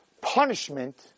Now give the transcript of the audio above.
punishment